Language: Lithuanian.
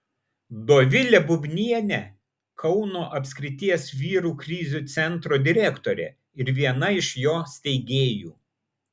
dovilė bubnienė kauno apskrities vyrų krizių centro direktorė ir viena iš jo steigėjų